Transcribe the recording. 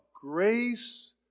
grace